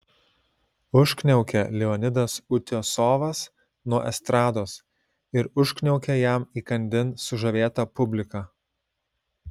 užkniaukė leonidas utiosovas nuo estrados ir užkniaukė jam įkandin sužavėta publika